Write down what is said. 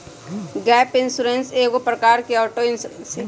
gap insurance एगो प्रकार के ऑटो इंश्योरेंस हइ